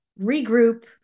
regroup